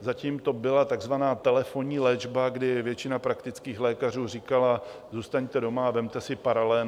Zatím to byla takzvaná telefonní léčba, kdy většina praktických lékařů říkala: Zůstaňte doma a vezměte si paralen.